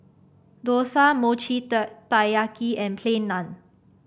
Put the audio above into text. dosa Mochi Taiyaki and Plain Naan